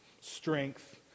strength